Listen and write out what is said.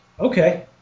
Okay